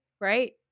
right